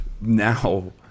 now